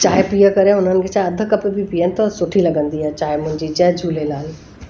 चांहि पीअ करे हुननि खे छा अधि कोप बि पीअन त सुठी लॻंदी आहे चांहि मुंहिंजी जय झूलेलाल